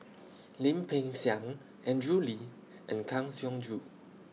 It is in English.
Lim Peng Siang Andrew Lee and Kang Siong Joo